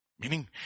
Meaning